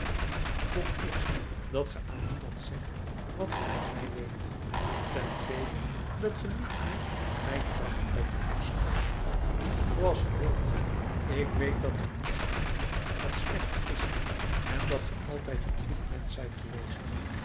vooreerst dat ge aan niemand zegt wat ge van mij weet ten tweede dat ge niet meer van mij tracht uit te vorschen zooals ge wilt ik weet dat ge niets kunt doen wat slecht is en dat ge altijd een goed mensch zijt geweest